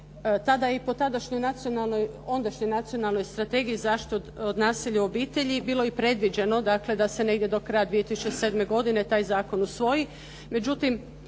Tada je i po ondašnjoj Nacionalnoj strategiji zaštite od nasilja u obitelji bilo i predviđeno da se negdje do kraja 2007. godine taj zakon usvoji.